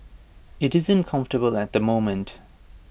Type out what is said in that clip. IT isn't comfortable at the moment